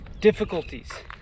difficulties